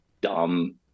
dumb